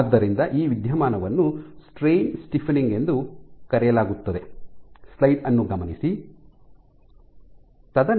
ಆದ್ದರಿಂದ ಈ ವಿದ್ಯಮಾನವನ್ನು ಸ್ಟ್ರೈನ್ ಸ್ಟಿಫ್ಫ್ನಿಂಗ್ ಎಂದು ಕರೆಯಲಾಗುತ್ತದೆ